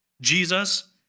Jesus